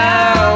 Now